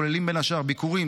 הכוללים בין השאר ביקורים,